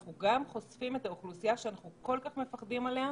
אנחנו גם חושפים את האוכלוסייה שאנחנו כל כך פוחדים עליה.